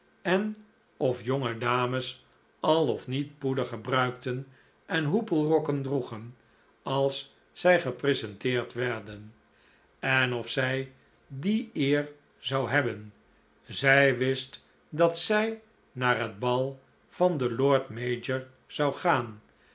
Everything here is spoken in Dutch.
en of jonge dames al of niet poeder gebruikten en hoepelrokken droegen als zij gepresenteerd werden en of zij die eer zou hebben zij wist dat zij naar het bal van den lord mayor zou gaan